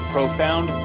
Profound